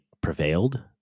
prevailed